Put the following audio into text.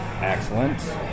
Excellent